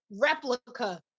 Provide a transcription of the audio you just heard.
replica